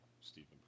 Stephen